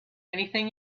anything